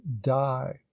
die